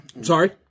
Sorry